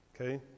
Okay